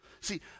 See